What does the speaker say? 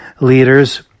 leaders